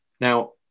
now